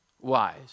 wise